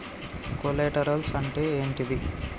Collaterals అంటే ఏంటిది?